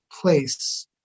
place